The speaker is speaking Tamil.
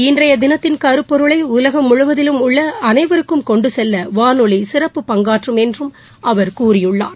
இன்றைய தினத்தின் கருப்பொருளை உலகம் முழுவதிலும் உள்ள அனைவருக்கும் கொண்டு செல்ல வானொலி சிறப்பு பங்காற்றும் என்று அவர் கூறியுள்ளார்